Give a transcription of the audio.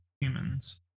humans